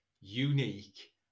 unique